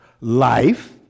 Life